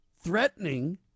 Threatening